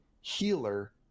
healer